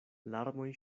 larmoj